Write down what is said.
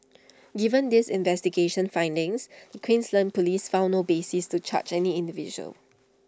given these investigation findings the Queensland Police found no basis to charge any individual